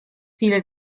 viele